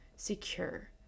secure